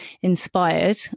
inspired